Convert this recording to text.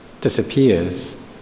disappears